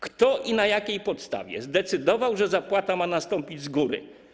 Kto i na jakiej podstawie zdecydował, że zapłata ma nastąpić z góry?